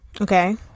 Okay